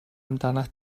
amdanat